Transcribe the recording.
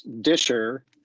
disher